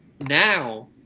now